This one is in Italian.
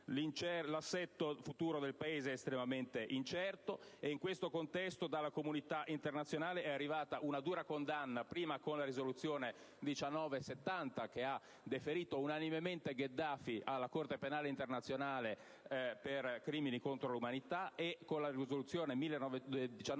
L'assetto futuro del Paese è estremamente incerto, ed in questo contesto dalla comunità internazionale è arrivata una dura condanna, prima con la risoluzione n. 1970 che ha deferito unanimemente Gheddafi alla Corte penale internazionale per crimini contro l'umanità, poi con la risoluzione n.